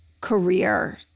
career